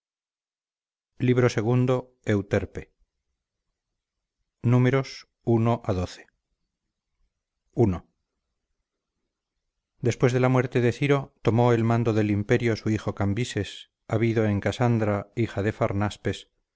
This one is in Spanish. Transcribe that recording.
después de la muerte de ciro tomó el mando del imperio su hijo cambises habido en casandana hija de farnaspes